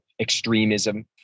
extremism